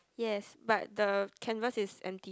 yes but the canvas is empty